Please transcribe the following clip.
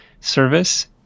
service